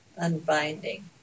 unbinding